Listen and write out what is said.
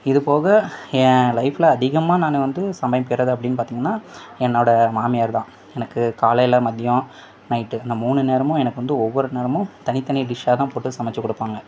இது போக என் லைஃபில் அதிகமாக நான் வந்து சமைக்கிறது அப்படின்னு பார்த்திங்கன்னா என்னோடய மாமியார்தான் எனக்கு காலையில மதியம் நைட்டு இந்த மூணு நேரமும் எனக்கு வந்து ஒவ்வொரு நேரமும் தனித்தனி டிஷ்ஷாகதான் போட்டு சமைச்சு கொடுப்பாங்க